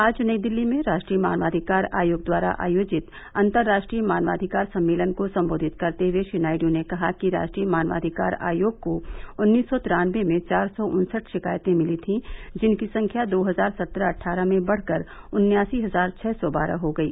आज नई दिल्ली में राष्ट्रीय मानवाधिकार आयोग द्वारा आयोजित अंतर्राष्ट्रीय मानवाधिकार सम्मेलन को संबोधित करते हए श्री नायड् ने कहा कि राष्ट्रीय मानवाधिकार आयोग को उन्नीस सौ तिरानवे में चार सौ उन्सठ शिकायतें मिली थीं जिनकी संख्या दो हजार सत्रह अट्ठारह में बढ़कर उन्यासी हजार छः सौ बारह हो गई